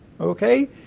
Okay